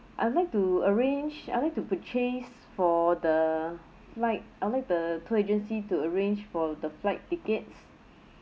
I would like to arrange I'd like to purchase for the flight I'd like the tour agency to arrange for the flight tickets